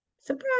surprise